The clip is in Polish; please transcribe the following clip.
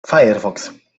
firefox